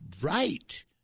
right